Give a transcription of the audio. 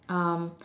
um